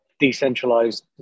decentralized